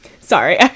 sorry